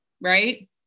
right